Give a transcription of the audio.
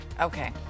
Okay